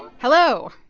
hello.